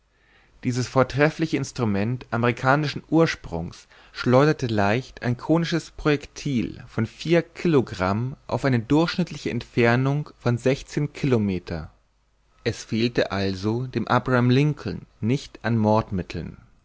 dieses vortreffliche instrument amerikanischen ursprungs schleuderte leicht ein konisches projectil von vier kilogramm auf eine durchschnittliche entfernung von sechzehn kilometer es fehlte also dem abraham lincoln nicht an